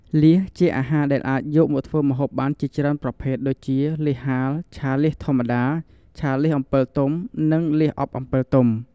លៀសជាអាហារដែលអាចយកមកធ្វើម្ហូបបានជាច្រើនប្រភេទដូចជា លៀសហាល ឆាលៀសធម្មតា ឆាលៀសអំពិលទុំ និងលៀសអប់អំពិលទុំ ។